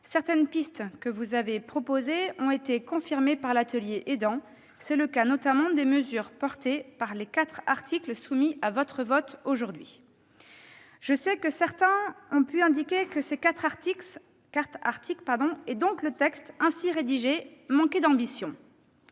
certaines pistes que vous avez proposées ont été confirmées par l'atelier « aidants ». C'est le cas notamment des mesures portées par les quatre articles soumis à votre vote aujourd'hui. Certains ont pu indiquer que ces quatre articles, donc le texte ainsi rédigé, manquaient d'ambition.